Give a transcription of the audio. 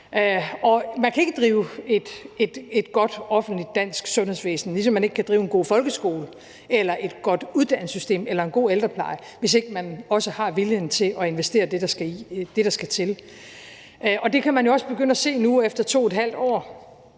man kan ikke drive et godt offentligt dansk sundhedsvæsen, ligesom man ikke kan drive en god folkeskole, et godt uddannelsessystem eller en god ældrepleje, hvis ikke man også har viljen til at investere det, der skal til. Det kan man jo også begynde at se nu efter 2½ år.